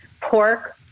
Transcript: pork